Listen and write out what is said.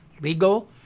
legal